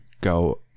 go